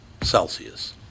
Celsius